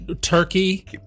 Turkey